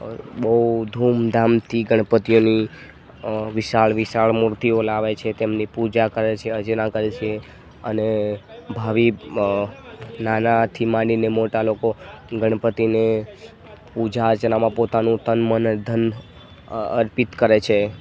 બઉં ધૂમધામથી ગણપતિઓની વિશાળ વિશાળ મૂર્તિઓ લાવે છે તેમની પૂજા કરે છે અર્ચના કરે છે અને ભાવિ નાનાથી માંડી ને મોટા લોકો ગણપતિને પૂજા અર્ચનામાં પોતાનું તન મન અને ધન અર્પિત કરે છે